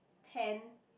hand